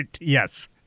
yes